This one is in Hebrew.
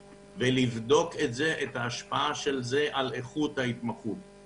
לבדוק היתכנות ולבדוק את ההשפעה של זה על איכות ההתמחות.